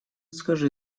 скажи